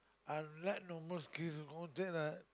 I like normal space and all that ah